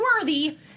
worthy